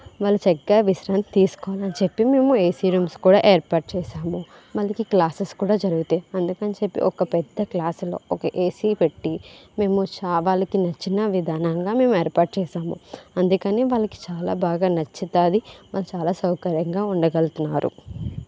వాళ్ళు చక్కగా విశ్రాంతి తీసుకోవాలని చెప్పి మేము ఏసీ రూమ్స్ కూడా ఏర్పాటు చేశాము వాళ్ళకి క్లాసెస్ కూడా జరుగుతాయి అందుకని చెప్పి ఒక పెద్ద క్లాసు లో ఒక ఏసీ పెట్టి మేము సా వాళ్ళకి నచ్చిన విధంగా మేము ఏర్పాటు చేశాము అందుకనే వాళ్ళకు చాలా బాగా నచ్చుతుంది వాళ్ళు చాలా సౌకర్యంగా ఉండగలుతున్నారు